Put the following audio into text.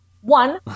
one